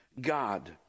God